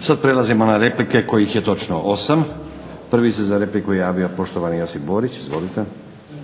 Sad prelazimo na replike kojih je točno osam. Prvi se za repliku javio poštovani Josip Borić. Izvolite. **Borić,